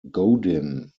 godin